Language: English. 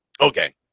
Okay